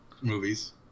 movies